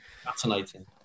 Fascinating